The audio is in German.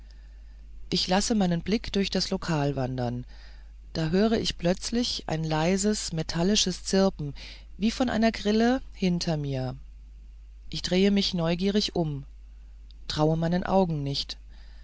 ich lasse meine blicke durch das lokal wandern da höre ich plötzlich ein leises metallisches zirpen wie von einer grille hinter mir ich drehe mich neugierig um traue meinen augen nicht